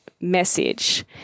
message